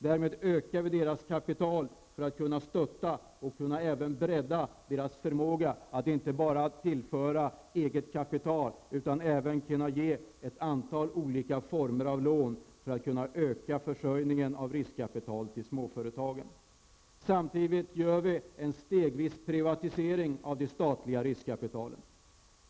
Därmed ökar vi deras kapital för att kunna stötta och även bredda deras förmåga att inte bara tillföra eget kapital, utan även ge ett antal olika former av lån för att kunna öka försörjningen av riskkapital till småföretagen. Samtidigt gör vi en stegvis privatisering av de statliga riskkapitalen.